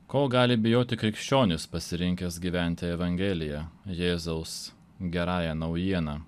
ko gali bijoti krikščionis pasirinkęs gyventi evangelija jėzaus gerąja naujiena